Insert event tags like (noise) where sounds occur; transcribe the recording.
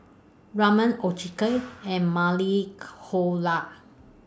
Ramen (unintelligible) and Maili (unintelligible)